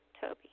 Toby